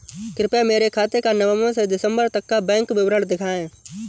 कृपया मेरे खाते का नवम्बर से दिसम्बर तक का बैंक विवरण दिखाएं?